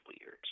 years